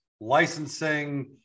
licensing